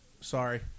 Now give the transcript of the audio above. Sorry